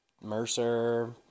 Mercer